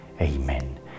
Amen